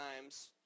times